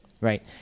right